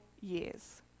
years